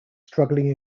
struggling